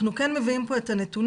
אנחנו כן מביאים פה את הנתונים,